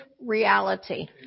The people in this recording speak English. reality